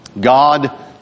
God